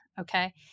Okay